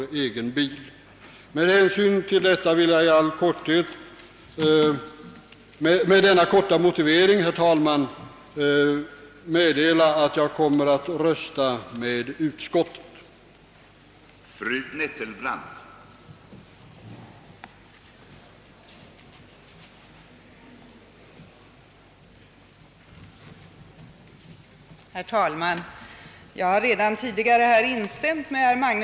Med denna korta motivering vill jag få meddela, att jag kommer att rösta på utskottets hemställan.